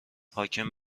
حاکم